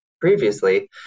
previously